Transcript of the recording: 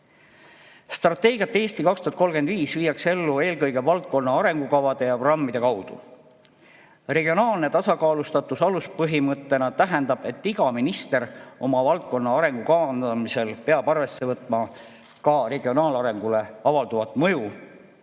Strateegiat "Eesti 2035" viiakse ellu eelkõige valdkonna arengukavade ja programmide kaudu. Regionaalne tasakaalustatus aluspõhimõttena tähendab, et iga minister oma valdkonna arengu kavandamisel peab arvesse võtma ka regionaalarengule avalduvat mõju